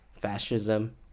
fascism